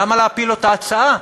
למה להפיל את ההצעה?